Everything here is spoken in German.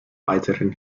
weiteren